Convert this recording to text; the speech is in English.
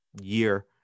year